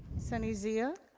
sunny zia.